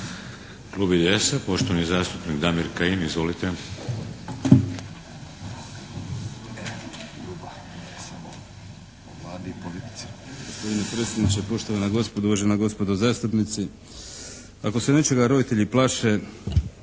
Klub IDS-a, poštovani zastupnik Damir Kajin. Izvolite.